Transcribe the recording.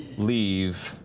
leave.